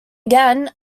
again